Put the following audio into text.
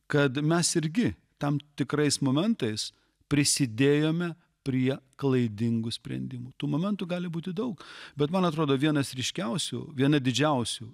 kad mes irgi tam tikrais momentais prisidėjome prie klaidingų sprendimų tų momentų gali būti daug bet man atrodo vienas ryškiausių viena didžiausių